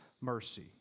mercy